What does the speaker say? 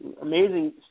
amazing